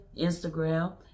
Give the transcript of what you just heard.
Instagram